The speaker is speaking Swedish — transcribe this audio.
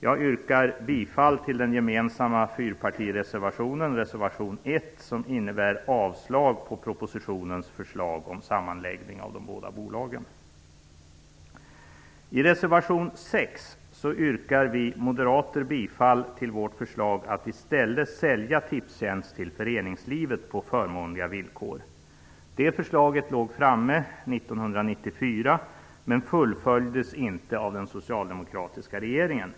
Jag yrkar bifall till den gemensamma fyrpartireservationen, reservation nr 1, som innebär avslag på propositionens förslag om sammanläggning av de båda bolagen. I reservation nr 6 yrkar vi moderater bifall till vårt förslag att i stället sälja Tipstjänst till föreningslivet på förmånliga villkor. Detta förslag låg framme 1994 men fullföljdes inte av den socialdemokratiska regeringen.